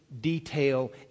detail